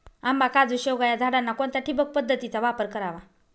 आंबा, काजू, शेवगा या झाडांना कोणत्या ठिबक पद्धतीचा वापर करावा?